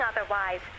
otherwise